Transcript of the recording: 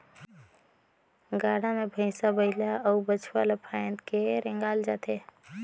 गाड़ा मे भइसा बइला अउ बछवा ल फाएद के रेगाल जाथे